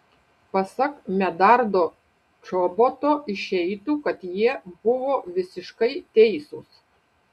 pasak medardo čoboto išeitų kad jie buvo visiškai teisūs